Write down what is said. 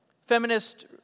Feminist